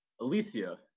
Alicia